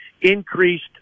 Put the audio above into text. increased